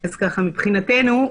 מבחינתנו,